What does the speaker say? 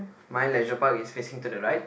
my leisure park is facing to the right